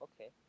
Okay